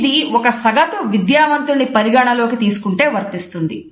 ఇది ఒక సగటు విద్యావంతుడిని పరిగణలోకి తీసుకుంటే వర్తిస్తుంది